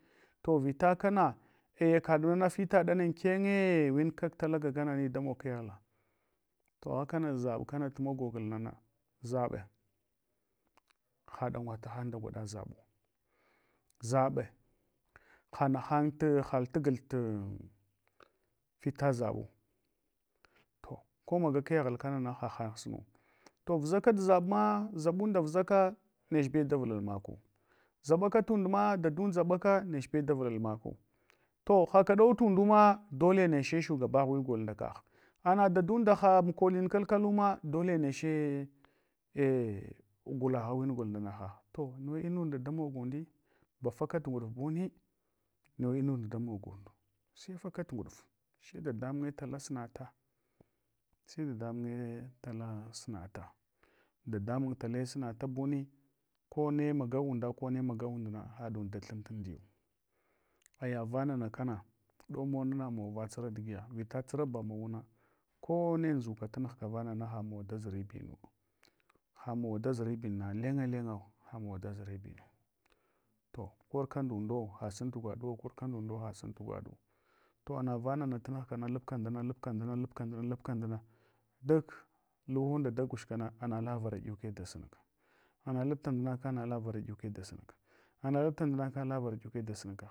To vita kana ei yakaɗnana fita ɗana inkenye kag talaga ngana damog kehla. To agha kana ʒaɓ kana magogolnana zaɓe haɗanwa tahan nda gwaɗa zaɓu. zaɓe hanahan, hatagalk fita zabu. To ko maga keghal kanana ha han sunu. To vuʒakat zabma, zaɓunda vuʒaka nechbew davulala maku. Zaɓaka tundma dadunda zaɓaka nechebew awo lalmaku. To haka ɗau tunduma dole neche shugabagh gol nda kagh. Anadatu da ha mukonin kanuma dole neche gulagh agol nda kagh. To ne inunda damog undi. Ba fakat ngudf buni nuwe inunda damog unda. Sai fakat nguɗug she dadamunye tala sunata, sai dadamunye tala sunata. Dadamun tale sunata buni kone maga. Unda kone maga undna, haɗ und da̱thanta amdiy. Aya vanna kana ɗaumawa muna amava sura digiya vita tsura bamawuna kone nʒuka tunughka vanana hamawa daʒribinuwa. Hamawa daʒribin na leng lengwa, hamawa daʒribinuwa. To korka ndundo hasun tu gwaɗuwo, korka ndundo hasun tigwa du. To anavana tunughkarol lubka ndum lubk nduna lubka nduna, lubka nduna. Duk alunda dagushkana anala varadyuke ana lubla ndunaka anala varadyuke da sunka. Ana lubta ndunaka anala varadyike da sunka.